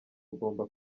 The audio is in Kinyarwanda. ugomba